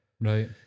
Right